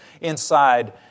inside